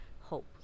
hope